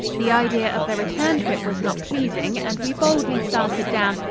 the idea of the return trip was not pleasing, and we boldly started down,